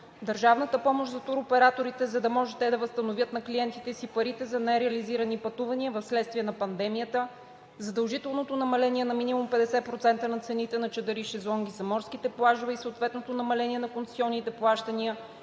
държавната помощ за туроператорите, за да може те да възстановят на клиентите си парите за нереализирани пътувания вследствие на пандемията; задължителното намаление на минимум 50% на цените на чадъри, шезлонги за морските плажове и съответното намаление на концесионните плащания.